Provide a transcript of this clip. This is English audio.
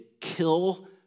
kill